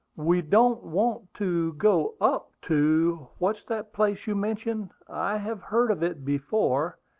we don't want to go up to what's that place you mentioned? i have heard of it before,